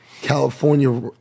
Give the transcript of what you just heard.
California